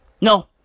No